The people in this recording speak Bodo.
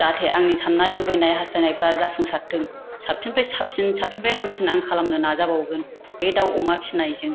जाहाथे आंनि सान्नाय लुबैनाय हास्थायफ्रा जाफुंसारथों साबसिननिफाय साबसिन साबसिननिफाय हामसिन आं खालामनो नाजाबावगोन बे दाउ अमा फिनायजों